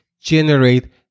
generate